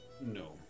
No